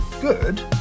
Good